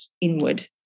inward